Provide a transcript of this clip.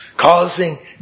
Causing